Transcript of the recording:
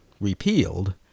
repealed